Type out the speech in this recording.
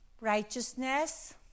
righteousness